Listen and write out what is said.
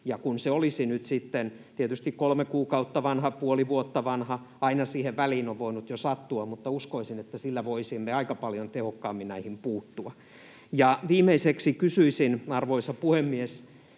Kun se olisi nyt sitten tietysti kolme kuukautta vanha, puoli vuotta vanha, niin aina siihen väliin on voinut jo sattua, mutta uskoisin, että sillä voisimme aika paljon tehokkaammin näihin puuttua. Viimeiseksi kysyisin, arvoisa puhemies,